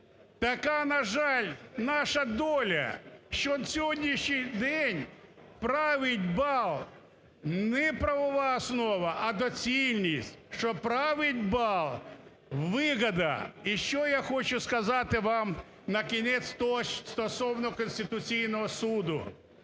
Така, на жаль, наша доля, що на сьогоднішній день править балом не правова основа, а доцільність, що править балом – вигода. І ще я хочу сказати вам, на кінець, того ж стосовно Конституційного Суду,